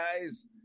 guys